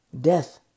Death